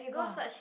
!wah!